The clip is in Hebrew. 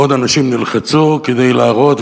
אנשים מאוד נלחצו כדי להראות.